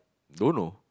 don't know